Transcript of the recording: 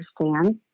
understand